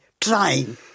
trying